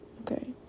okay